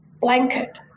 blanket